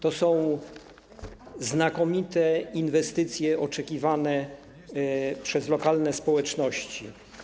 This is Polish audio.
To są znakomite inwestycje oczekiwane przez lokalne społeczności.